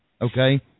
okay